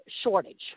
shortage